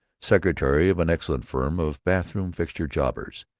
secretary of an excellent firm of bathroom-fixture jobbers.